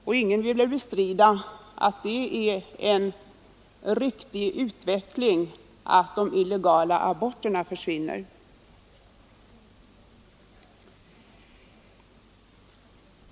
Och ingen vill väl bestrida att det är en riktig utveckling att de illegala aborterna försvinner.